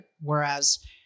whereas